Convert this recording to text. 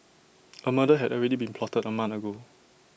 A murder had already been plotted A month ago